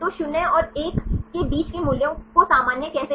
तो 0 और 1 के बीच के मूल्यों को सामान्य कैसे करें